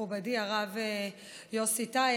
מכובדי הרב יוסי טייב,